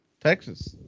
texas